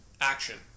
Action